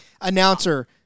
announcer